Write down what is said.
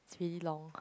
it's really long